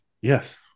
Yes